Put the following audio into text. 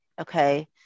okay